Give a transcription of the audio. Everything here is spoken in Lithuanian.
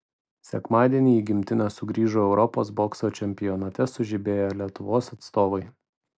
sekmadienį į gimtinę sugrįžo europos bokso čempionate sužibėję lietuvos atstovai